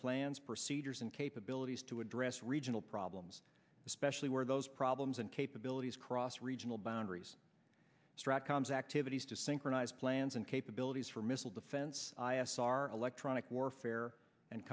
plans procedures and capabilities to address regional problems especially where those problems and capabilities cross regional boundaries threat comes activities to synchronize plans and capabilities for missile defense i asar electronic warfare and